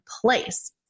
place